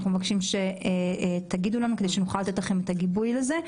אנחנו מבקשים שתגידו לנו כדי שנוכל לתת לכם את הגיבוי לזה.